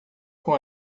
com